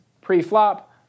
pre-flop